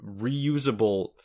reusable